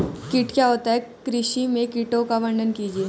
कीट क्या होता है कृषि में कीटों का वर्णन कीजिए?